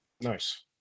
nice